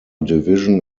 division